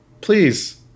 please